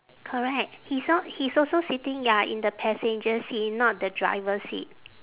correct he's n~ he's also sitting ya in the passenger seat not the driver seat